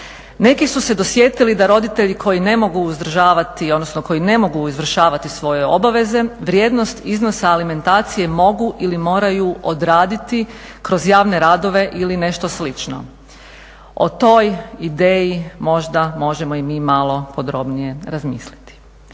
ne mogu uzdržavati odnosno koji ne mogu izvršavati svoje obaveze vrijednost iznosa alimentacije mogu ili moraju odraditi kroz javne radove ili nešto slično. O toj ideji možda možemo i mi malo podrobnije razmisliti.